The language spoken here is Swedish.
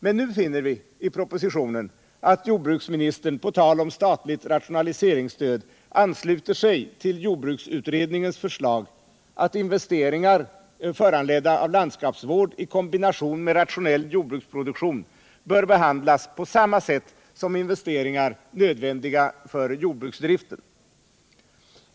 Men nu finner vi i propositionen att jordbruksministern på tal om statligt rationaliseringsstöd ansluter sig till jordbruksutredningens förslag att investeringar föranledda av landskapsvård i kombination med rationell jordbruksproduktion bör behandlas på samma sätt som investeringar nödvändiga för jordbruksdriften.